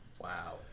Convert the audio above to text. Wow